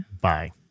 Bye